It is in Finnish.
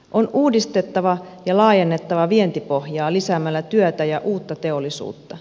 on uudistettava ja laajennettava vientipohjaa lisäämällä työtä ja uutta teollisuutta